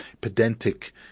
pedantic